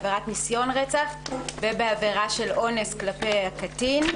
עבירת ניסיון רצח ועבירת אונס כלפי הקטין.